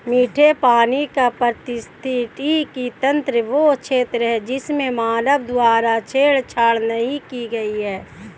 मीठे पानी का पारिस्थितिकी तंत्र वह क्षेत्र है जिसमें मानव द्वारा छेड़छाड़ नहीं की गई है